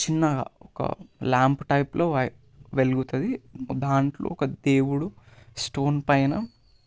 చిన్న ఒక ల్యాంప్ టైప్లో వ వెలుగుతుంది దాంట్లో ఒక దేవుడు స్టోన్ పైన